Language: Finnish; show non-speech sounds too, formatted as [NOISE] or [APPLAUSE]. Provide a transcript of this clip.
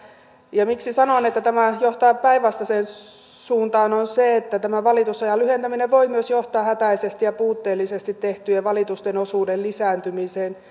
siihen miksi sanon että tämä johtaa päinvastaiseen suuntaan on se että tämä valitusajan lyhentäminen voi myös johtaa hätäisesti ja puutteellisesti tehtyjen valitusten osuuden lisääntymiseen [UNINTELLIGIBLE]